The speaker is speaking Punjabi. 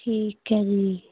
ਠੀਕ ਹੈ ਜੀ